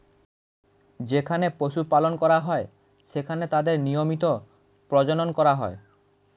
যেখানে পশু পালন করা হয়, সেখানে তাদের নিয়মিত প্রজনন করা হয়